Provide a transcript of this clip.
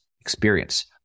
experience